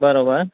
બરાબર